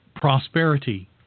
prosperity